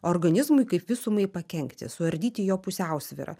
organizmui kaip visumai pakenkti suardyti jo pusiausvyrą